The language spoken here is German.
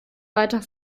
weiter